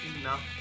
enough